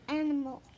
animal